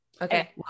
Okay